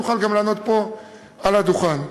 נוכל גם לענות פה מעל הדוכן.